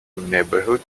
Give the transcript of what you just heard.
neighborhood